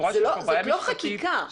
זאת לא חקיקה.